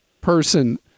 person